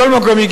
מכל מקום,